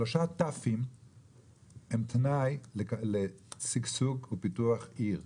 שלושה ת"וים הם תנאי לשגשוג ופיתוח עיר: